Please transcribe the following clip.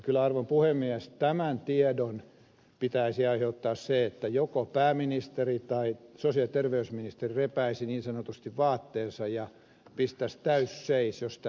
kyllä arvon puhemies tämän tiedon pitäisi ai heuttaa se että joko pääministeri tai sosiaali ja terveysministeri repäisisi niin sanotusti vaatteensa ja pistäisi täyden seis jos tähän halutaan muutos